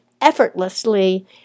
effortlessly